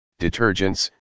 detergents